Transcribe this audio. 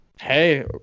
hey